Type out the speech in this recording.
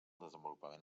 desenvolupament